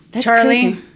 Charlie